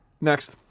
Next